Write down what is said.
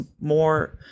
more